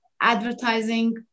advertising